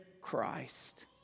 Christ